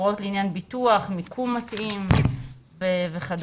הוראות לעניין ביטוח, מיקום מתאים וכדומה.